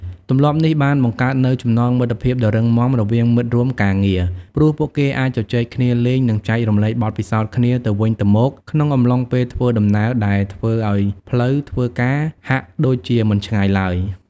ទម្លាប់នេះបានបង្កើតនូវចំណងមិត្តភាពដ៏រឹងមាំរវាងមិត្តរួមការងារ ព្រោះពួកគេអាចជជែកគ្នាលេងនិងចែករំលែកបទពិសោធន៍គ្នាទៅវិញទៅមកក្នុងអំឡុងពេលធ្វើដំណើរ ដែលធ្វើឱ្យផ្លូវធ្វើការហាក់ដូចជាមិនឆ្ងាយឡើយ។